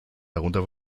darunter